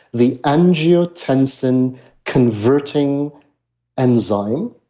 the angiotensin converting enzyme,